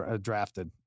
drafted